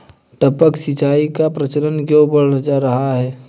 टपक सिंचाई का प्रचलन क्यों बढ़ रहा है?